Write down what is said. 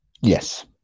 Yes